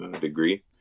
degree